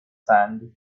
sand